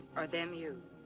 or them you.